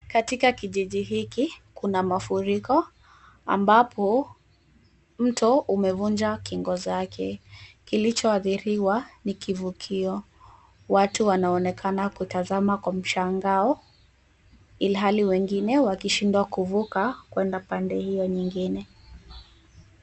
Katika kijiji hiki kuna mafuriko ambapo mto umevunja kingo zake. Kilichoathiriwa ni kivukio. Watu wanaonekana kutazama kwa mshangao ilhali wengine wakishindwa kuvuka kuenda pande hio nyingine.